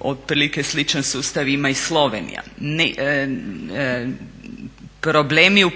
Otprilike sličan sustav ima i Slovenija. Problemi u